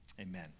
Amen